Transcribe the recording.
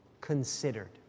considered